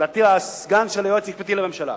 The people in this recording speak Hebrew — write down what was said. לדעתי, הסגן של היועץ המשפטי לממשלה.